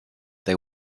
they